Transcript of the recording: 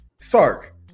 Sark